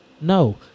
No